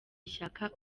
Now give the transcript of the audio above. ishyaka